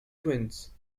twins